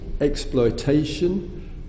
exploitation